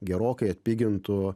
gerokai atpigintų